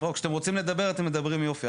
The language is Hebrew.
בוא, כשאתם רוצים לדבר אתם מדברים יופי.